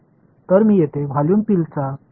तर मी येथे व्हॉल्यूम पिलचा विचार करतो